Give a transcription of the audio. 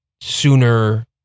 sooner